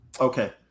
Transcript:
Okay